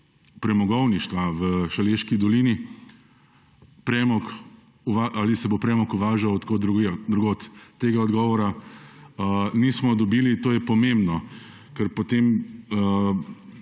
premogovništva v Šaleški dolini premog uvažal od drugod. Tega odgovora nismo dobili. To je pomembno, ker potem